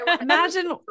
imagine